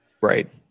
Right